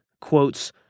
quotes